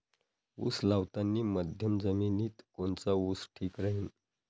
उस लावतानी मध्यम जमिनीत कोनचा ऊस ठीक राहीन?